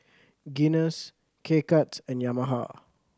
Guinness K Cuts and Yamaha